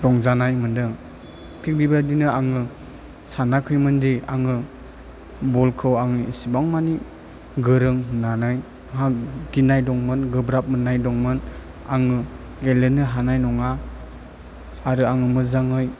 रंजानाय मोनदों थिक बेबादनो आङो सानाखैमोन दि आङो बलखौ आङो इसिबां मानि गोरों होन्नानै आंहा गिनाय दंमोन गोब्राब मोननाय दंमोन आङो गेलेनो हानाय नङा आरो आङो मोजाङै